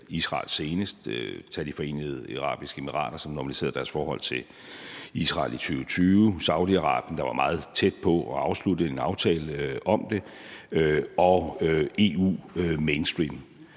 Israel – f.eks. har De Forenede Arabiske Emirater normaliseret deres forhold til Israel i 2020, og Saudi-Arabien var meget tæt på at afslutte en aftale om det – og det er